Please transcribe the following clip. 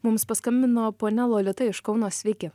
mums paskambino ponia lolita iš kauno sveiki